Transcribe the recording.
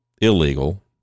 illegal